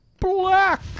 black